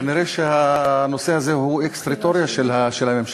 כנראה הנושא הזה הוא אקסטריטוריה של הממשלה,